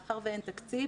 מאחר ואין תקציב,